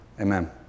Amen